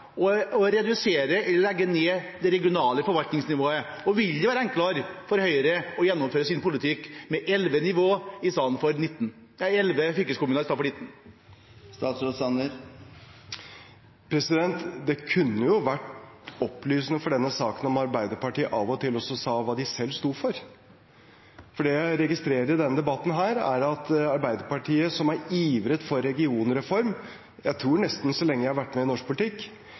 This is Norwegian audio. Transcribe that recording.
å redusere, legge ned det regionale forvaltningsnivået? Og vil det være enklere for Høyre å gjennomføre sin politikk med 11 fylkeskommuner istedenfor 19? Det kunne vært opplysende for denne saken om Arbeiderpartiet av og til også sa hva de selv sto for. For det jeg registrerer i denne debatten, er at Arbeiderpartiet, som har ivret for regionreform, jeg tror nesten så lenge jeg har vært med i norsk politikk,